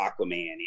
Aquaman